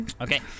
Okay